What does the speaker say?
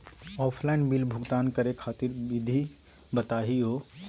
Offline bill भुगतान करे खातिर विधि बताही हो?